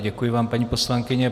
Děkuji vám, paní poslankyně.